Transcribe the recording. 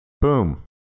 Boom